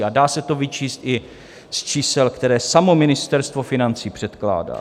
A dá se to vyčíst i z čísel, která samo Ministerstvo financí překládá.